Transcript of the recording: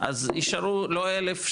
אז ישארו לא אלף,